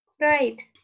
Right